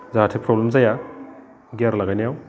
जाहाथे प्रब्लेम जाया गियार लागायनायाव